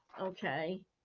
Okay